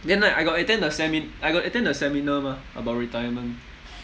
then like I got attend the semi~ I got attend the seminar mah about retirement